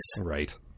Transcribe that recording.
Right